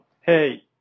hey